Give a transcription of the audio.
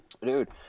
Dude